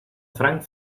franc